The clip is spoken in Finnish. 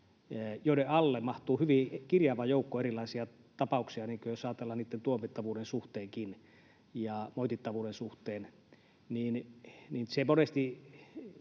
joiden alle mahtuu hyvin kirjava joukko erilaisia tapauksia, jos ajatellaan niitten tuomittavuuden ja moitittavuuden suhteen.